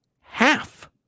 half